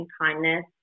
kindness